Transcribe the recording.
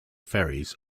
ferries